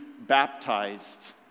baptized